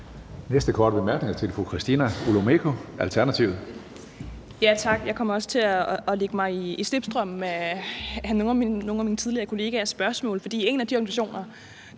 Næste korte bemærkning er til fru Christina Olumeko, Alternativet. Kl. 15:21 Christina Olumeko (ALT): Tak. Jeg kommer også til at lægge mig i slipstrømmen af nogle af mine kollegaers spørgsmål. For en af de organisationer,